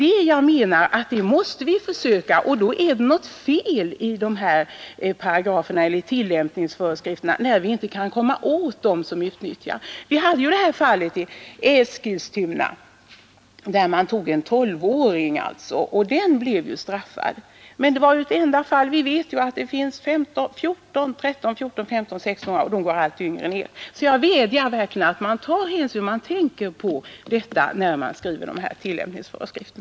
Det är det vi måste försöka göra. Och det är något fel på paragraferna, om vi inte kan komma åt de människor som utnyttjar dessa flickor. Vi har haft det bekanta fallet i Eskilstuna, där en tolvårig flicka utnyttjades. Där blev vederbörande straffad. Men det är ett enda fall. Vi vet att flickor på 13—16 år utnyttjas i denna verksamhet. Åldersgränsen blir allt lägre. Jag vädjar därför om att man tänker på denna sak, när man skriver dessa tillämpningsföreskrifter.